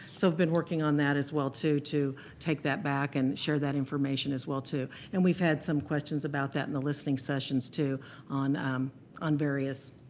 so i've been working on that as well too to take that back and share that information as well too. and we've had some questions about that in the listing sessions too on on various